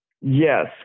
Yes